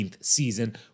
season